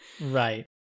Right